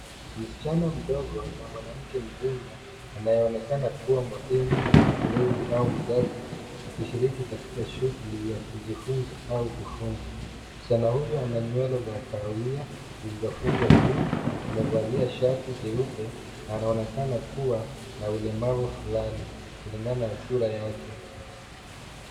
Msichana mdogo na mwanamke mzima anayeonekana kuwa mwalimu, mlezi au mzazi, wakishiriki katika shughuli ya kujifunza au ufundi. Msichana huyu ana nywele za kahawia zilizofungwa juu. Amevalia shati jeupe na anaonekana kuwa na ulemavu fulani kulingana na sura yake.